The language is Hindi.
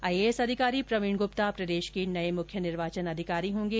आईएएस अधिकारी प्रवीण गप्ता प्रदेश के नये मख्य निर्वाचन अधिकारी होंगे